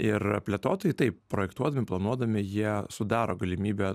ir plėtotojai taip projektuodami planuodami jie sudaro galimybę